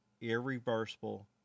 irreversible